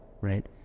right